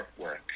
artwork